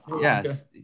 Yes